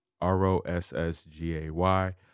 R-O-S-S-G-A-Y